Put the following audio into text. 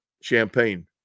champagne